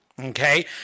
okay